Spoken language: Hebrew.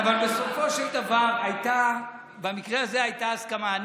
כן, אבל בסופו של דבר במקרה הזה הייתה הסכמה.